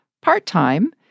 part-time